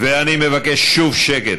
ואני מבקש שוב שקט.